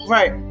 Right